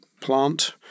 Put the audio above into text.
plant